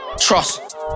Trust